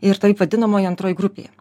ir taip vadinamoj antroj grupėje